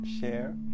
share